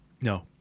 No